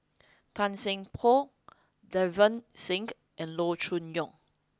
Tan Seng Poh Davinder Singh and Loo Choon Yong